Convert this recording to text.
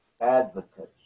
advocates